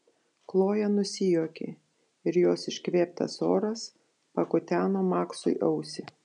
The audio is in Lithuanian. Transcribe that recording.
kloja nusijuokė ir jos iškvėptas oras pakuteno maksui ausį